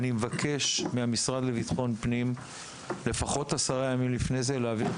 אני מבקש מהמשרד לבטחון פנים להעביר את